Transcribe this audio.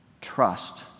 trust